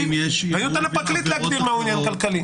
והאחריות על הפרקליט מהו עניין כלכלי.